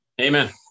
Amen